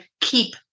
keep